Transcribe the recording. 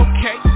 Okay